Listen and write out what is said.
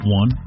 one